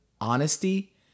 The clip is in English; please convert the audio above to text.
honesty